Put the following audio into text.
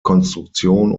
konstruktion